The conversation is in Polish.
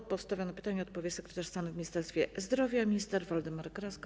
Na postawione pytanie odpowie sekretarz stanu w Ministerstwie Zdrowia minister Waldemar Kraska.